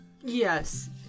Yes